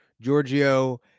Giorgio